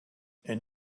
and